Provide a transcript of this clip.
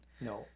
No